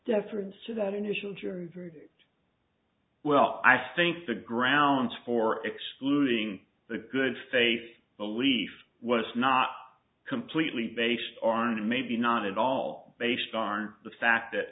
deference to that initial jury verdict well i think the grounds for excluding the good faith belief was not completely based on a maybe not at all based on the fact that